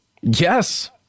yes